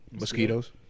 Mosquitoes